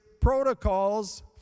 protocols